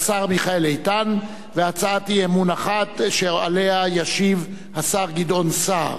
השר מיכאל איתן והצעת אי-אמון אחת שעליה ישיב השר גדעון סער.